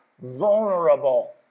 Vulnerable